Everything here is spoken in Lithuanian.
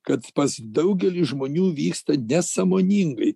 kad pas daugelį žmonių vyksta nesąmoningai